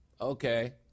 Okay